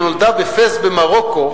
שנולדה בפס במרוקו,